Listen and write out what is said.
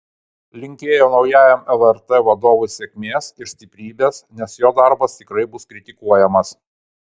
linkėjo naujajam lrt vadovui sėkmės ir stiprybės nes jo darbas tikrai bus kritikuojamas